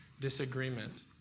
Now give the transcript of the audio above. disagreement